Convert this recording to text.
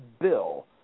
bill